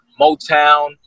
Motown